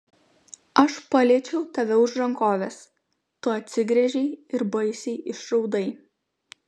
aš paliečiau tave už rankovės tu atsigręžei ir baisiai išraudai